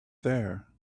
there